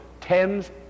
tens